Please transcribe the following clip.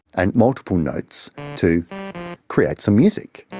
and multiple notes to create some music.